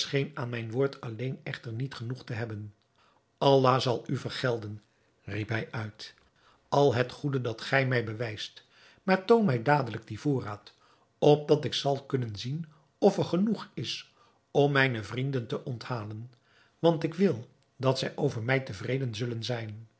aan mijn woord alleen echter niet genoeg te hebben allah zal u vergelden riep hij uit al het goede dat gij mij bewijst maar toon mij dadelijk dien voorraad opdat ik zal kunnen zien of er genoeg is om mijne vrienden te onthalen want ik wil dat zij over mij tevreden zullen zijn